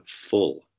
full